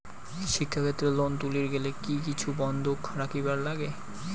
শিক্ষাক্ষেত্রে লোন তুলির গেলে কি কিছু বন্ধক রাখিবার লাগে?